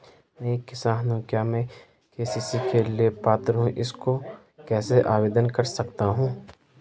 मैं एक किसान हूँ क्या मैं के.सी.सी के लिए पात्र हूँ इसको कैसे आवेदन कर सकता हूँ?